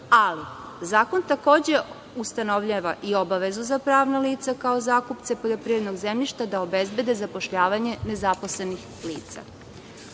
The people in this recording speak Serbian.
ali zakon takođe ustanovljava i obavezu za pravna lica, kao zakupce poljoprivrednog zemljišta, da obezbede zapošljavanje nezaposlenih